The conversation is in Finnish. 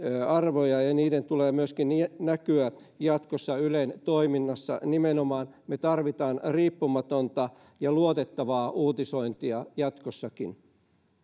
arvoja ja ja niiden tulee näkyä myöskin jatkossa ylen toiminnassa me tarvitsemme nimenomaan riippumatonta ja luotettavaa uutisointia jatkossakin